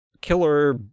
killer